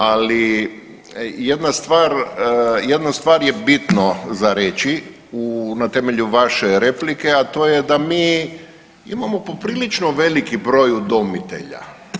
Ali jednu stvar je bitno za reći na temelju vaše replike, a to je da mi imamo poprilično veliki broj udomitelja.